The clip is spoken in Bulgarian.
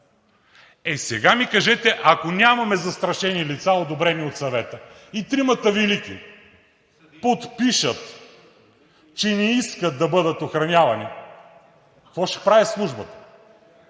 Е, сега ми кажете, ако нямаме застрашени лица, одобрени от Съвета, и тримата велики подпишат, че не искат да бъдат охранявани, какво ще прави Службата?